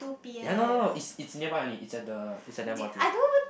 ya no no no is it's nearby only is at the is at M_R_T